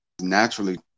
naturally